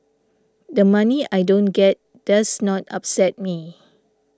the money I don't get does not upset me